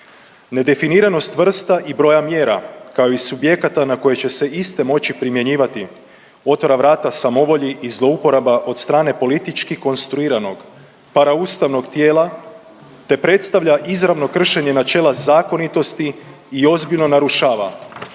Nedefiniranost vrsta i broja mjera kao i subjekata na koje će se iste moći primjenjivati, otvara vrata samovolji i zlouporaba od strane politički konstruiranog paraustavnog tijela te predstavlja izravno kršenje načela zakonitosti i ozbiljno narušava